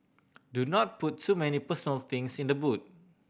do not put too many personal things in the boot